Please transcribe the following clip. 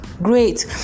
Great